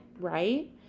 right